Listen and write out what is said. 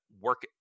work